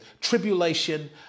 tribulation